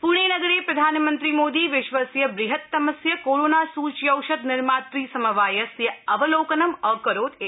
पृणे नगरे प्रधानमन्त्री मोदी विश्वस्य ब्रहत्तमस्य कोरोना सुच्यौषध निर्मातु समवायस्य अवलोकनं अकरोत् इति